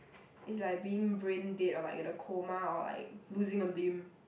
is like being brain dead or like in a coma or like losing a limb